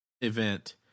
event